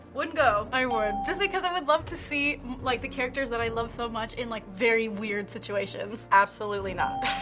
wouldn't go. i would, just because i would love to see like the characters that i love so much in like very weird situations. absolutely not.